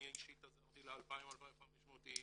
אני אישית עזרתי ל-2500-2000 איש,